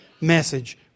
message